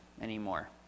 anymore